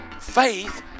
Faith